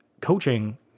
coaching